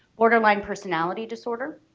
borderline personality disorder,